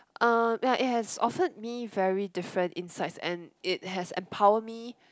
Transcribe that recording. uh that has offered me very different insights and it has empowered me